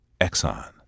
Exxon